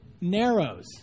narrows